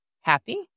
Happy